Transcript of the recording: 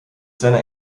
seiner